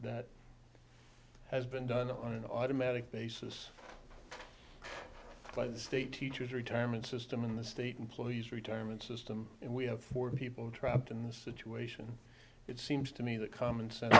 that has been done on an automatic basis by the state teachers retirement system in the state employees retirement system and we have four people trapped in this situation it seems to me that commonsense